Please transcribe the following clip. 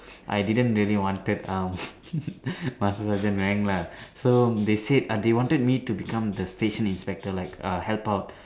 I didn't really wanted um master sergeant rank lah so they said uh they wanted me to become the station inspector like uh help out